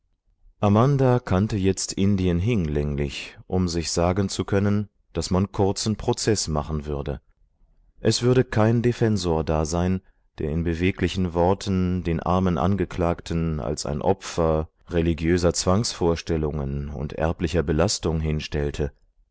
amanda kannte jetzt indien hinlänglich um sich sagen zu können daß man kurzen prozeß machen würde es würde kein defensor da sein der in beweglichen worten den armen angeklagten als ein opfer religiöser zwangsvorstellungen und erblicher belastung hinstellte